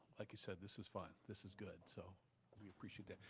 like you said, this is fun, this is good, so we appreciate that.